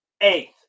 eighth